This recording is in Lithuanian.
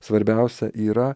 svarbiausia yra